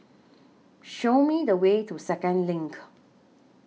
Show Me The Way to Second LINK